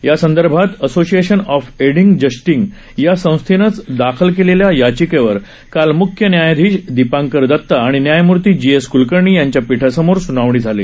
यासंदर्भात association of aiding justice या संस्थेनच दाखल केलेल्या याचिकेवर काल मुख्य न्यायाधीश दीपांकर दत्ता आणि न्यायमूर्ती जी एस क्लकर्णी यांच्या पीठासमोर सुनावणी झाली